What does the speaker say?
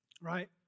Right